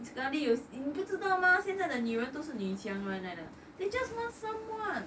scarly you 你不知道吗现在的女人都是女强人来得 they just want someone